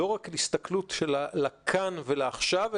לא רק הסתכלות לכאן ועכשיו,